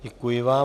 Děkuji vám.